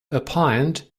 opined